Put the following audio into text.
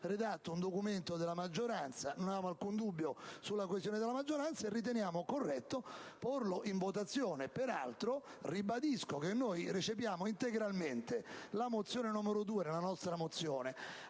redatto un documento come maggioranza (non avevamo alcun dubbio sulla coesione della maggioranza) e riteniamo corretto porlo in votazione. Peraltro, ribadisco che recepiamo integralmente la proposta di risoluzione